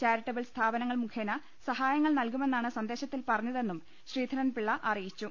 charitable സ്ഥാപനങ്ങൾ മുഖേന സഹായങ്ങൾ നൽകുമെന്നാണ് സന്ദേശത്തിൽ പറഞ്ഞതെന്നും ശ്രീധ രൻപിളള അറിയിച്ചു